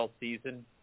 season